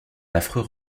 affreux